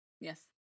Yes